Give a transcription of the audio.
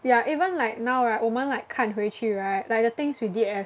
yeah even like now right 我们 like 看回去 right like the things we did as